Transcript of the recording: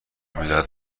میدهد